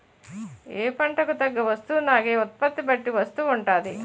ఏ పంటకు తగ్గ వస్తువునాగే ఉత్పత్తి బట్టి వస్తువు ఉంటాది